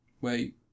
wait